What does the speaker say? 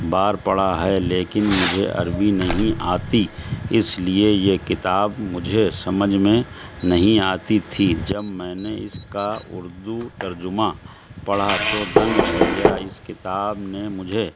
بار پڑھا ہے لیکن مجھے عربی نہیں آتی اس لیے یہ کتاب مجھے سمجھ میں نہیں آتی تھی جب میں نے اس کا اردو ترجمہ پڑھا تو دنگ رہ گیا اس کتاب نے مجھے